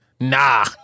Nah